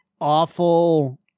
awful